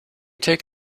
take